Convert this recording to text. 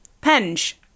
Penge